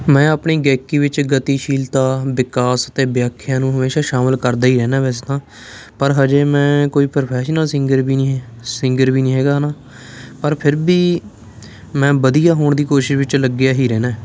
ਮੈਂ ਆਪਣੀ ਗਾਇਕੀ ਵਿੱਚ ਗਤੀਸ਼ੀਲਤਾ ਵਿਕਾਸ ਅਤੇ ਵਿਆਖਿਆ ਨੂੰ ਹਮੇਸ਼ਾ ਸ਼ਾਮਲ ਕਰਦਾ ਹੀ ਰਹਿੰਦਾ ਵੈਸੇ ਤਾਂ ਪਰ ਅਜੇ ਮੈਂ ਕੋਈ ਪ੍ਰੋਫੈਸ਼ਨਲ ਸਿੰਗਰ ਵੀ ਨਹੀਂ ਹੈ ਸਿੰਗਰ ਵੀ ਨਹੀਂ ਹੈਗਾ ਹੈ ਨਾ ਪਰ ਫਿਰ ਵੀ ਮੈਂ ਵਧੀਆ ਹੋਣ ਦੀ ਕੋਸ਼ਿਸ਼ ਵਿੱਚ ਲੱਗਿਆ ਹੀ ਰਹਿੰਦਾ